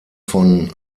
von